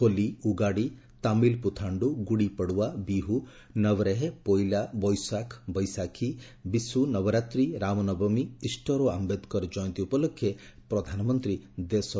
Holi Ugadi Tamil Puthandu Gudi Padwa Bihu Navreh Poila Boishakh Baisakhi Vishu Navratri Ram Navami Easter ଓ ଆମ୍ବେଦ୍କର ଜୟନ୍ତୀ ଉପଲକ୍ଷେ ପ୍ରଧାନମନ୍ତ୍ରୀ ଶୁଭେଚ୍ଛା ଜଣାଇଛନ୍ତି